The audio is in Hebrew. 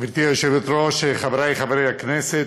גברתי היושבת-ראש, חברי חברי הכנסת,